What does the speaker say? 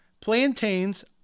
plantains